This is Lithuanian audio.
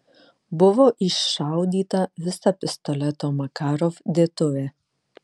buvo iššaudyta visa pistoleto makarov dėtuvė